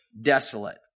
desolate